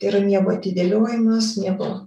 tai yra miego atidėliojimas miego